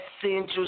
Central